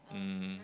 mmhmm